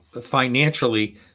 financially